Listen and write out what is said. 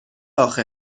آخه